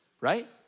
right